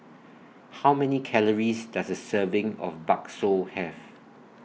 How Many Calories Does A Serving of Bakso Have